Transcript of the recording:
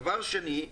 דבר שני,